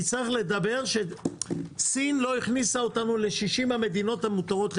יצטרך לדבר שסין לא הכניסה אותנו ל-60 המדינות המותרות לתיור.